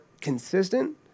consistent